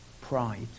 Pride